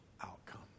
outcome